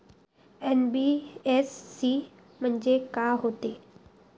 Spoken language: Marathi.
एन.बी.एफ.सी म्हणजे का होते?